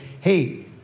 hey